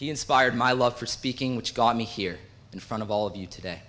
he inspired my love for speaking which got me here in front of all of you today